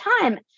time